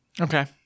Okay